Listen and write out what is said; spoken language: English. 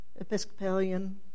Episcopalian